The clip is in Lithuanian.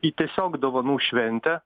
į tiesiog dovanų šventę